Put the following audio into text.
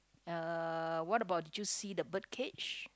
uh what about did you see the bird cage